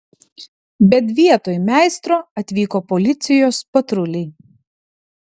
bet vietoj meistro atvyko policijos patruliai